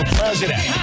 president